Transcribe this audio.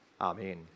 Amen